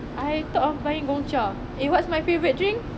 I thought of buying Gongcha eh what's my favourite drink